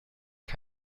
wir